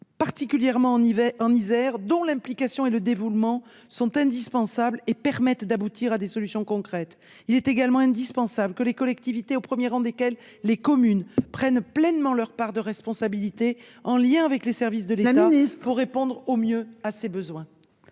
particulièrement vrai en Isère. Leur implication et leur dévouement, qui sont indispensables, permettent d'aboutir à des solutions concrètes. De même, il est indispensable que les collectivités territoriales, au premier rang desquelles les communes, prennent pleinement leur part de responsabilité en lien avec les services de l'État pour répondre au mieux à ces besoins.